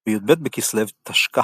בי"ב בכסלו תשכ"ה